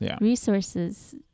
resources